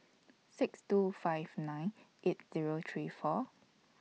six two five nine eight Zero three four